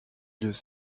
lieux